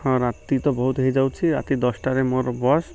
ହଁ ରାତି ତ ବହୁତ ହେଇଯାଉଛି ରାତି ଦଶଟାରେ ମୋର ବସ୍